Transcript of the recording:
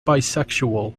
bisexual